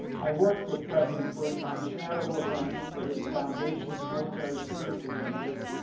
i worked with president bush on charitable events for his foundation's military service initiative.